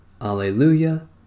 alleluia